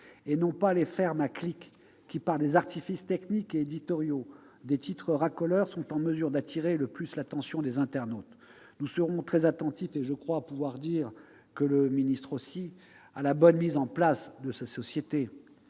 et non pas les « fermes à clics » qui, par des artifices techniques et éditoriaux, comme des titres racoleurs, sont en mesure d'attirer le plus l'attention des internautes. Nous serons très attentifs, tout comme le ministre, je crois pouvoir le dire, à la bonne mise en place de ces sociétés.